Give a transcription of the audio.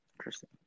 Interesting